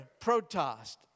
protost